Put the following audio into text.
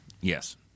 Yes